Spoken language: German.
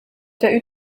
der